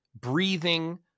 breathing